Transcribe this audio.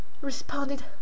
responded